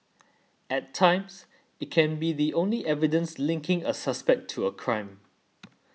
at times it can be the only evidence linking a suspect to a crime